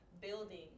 building